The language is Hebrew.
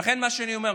ולכן מה שאני אומר,